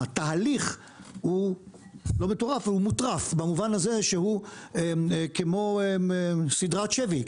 התהליך הוא לא מטורף אבל הוא מוטרף במובן הזה שהוא כמו סדרת שבי,